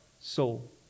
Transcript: soul